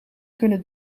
kunnen